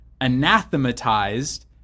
anathematized